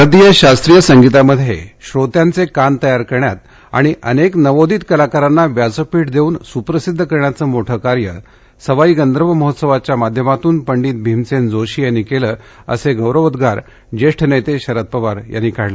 भारतीय शास्त्रीय संगीतामध्ये श्रोत्यांचे कान तयार करण्यात आणि अनेक नवोदित कलाकारांना व्यासपीठ मिळवून सुप्रसिद्ध करण्याच मोठं कार्य सवाई गंधर्व महोत्सवाच्या माध्यमातून पंडित भीमसेन जोशींनी केलं असे गौरवोद्वार ज्येष्ठ नेते शरद पवार यांनी काढले